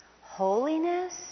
holiness